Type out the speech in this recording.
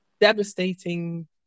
devastating